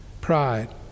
Pride